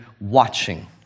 watching